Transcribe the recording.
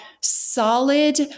solid